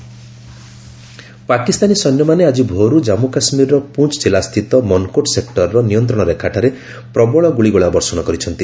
ceasefire violation Pakistani ସୈନ୍ୟମାନେ ଆଜି ଭୋର୍ରୁ ଜାମ୍ମୁ କାଶ୍ମୀରର ପୁଅ୍ ଜିଲ୍ଲାସ୍ଥିତ ମନ୍କୋଟ୍ ସେକ୍ଟରର ନିୟନ୍ତ୍ରଣରେଖାଠାରେ ପ୍ରବଳ ଗୁଳିଗୋଳା ବର୍ଷଣ କରିଛନ୍ତି